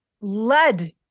lead